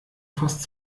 fast